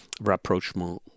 rapprochement